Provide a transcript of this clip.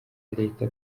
leta